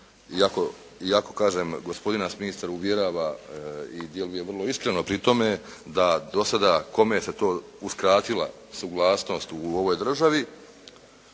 iako kažem gospodin ministar nas uvjerava i djeluje vrlo iskreno pri tome, da do sada kome se to uskratila suglasnost u ovoj državi,